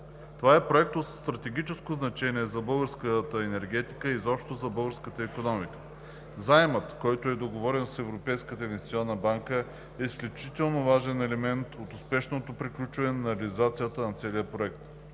Това е проект от стратегическо значение за българската енергетика и изобщо за българската икономика. Заемът, който е договорен с Европейската инвестиционна банка, е изключително важен елемент от успешното приключване по реализацията на целия проект.